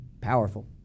Powerful